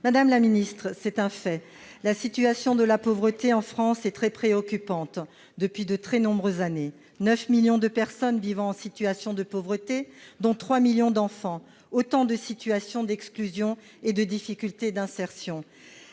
de la santé. C'est un fait : la question de la pauvreté en France est très préoccupante, et ce depuis de très nombreuses années. On compte près de 9 millions de personnes vivant en situation de pauvreté, dont 3 millions d'enfants. Ce sont autant de situations d'exclusion et de difficultés d'insertion.